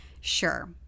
Sure